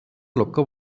ଲୋକ